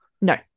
No